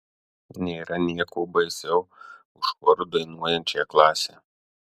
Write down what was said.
nėra nieko baisiau už choru dainuojančią klasę